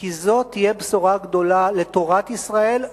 כי זו תהיה בשורה גדולה לתורת ישראל,